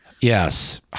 Yes